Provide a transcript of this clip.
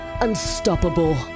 unstoppable